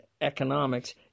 economics